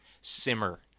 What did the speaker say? simmer